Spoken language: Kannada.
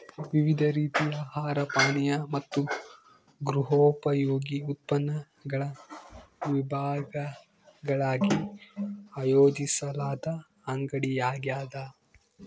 ವಿವಿಧ ರೀತಿಯ ಆಹಾರ ಪಾನೀಯ ಮತ್ತು ಗೃಹೋಪಯೋಗಿ ಉತ್ಪನ್ನಗಳ ವಿಭಾಗಗಳಾಗಿ ಆಯೋಜಿಸಲಾದ ಅಂಗಡಿಯಾಗ್ಯದ